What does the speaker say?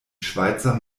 schweizer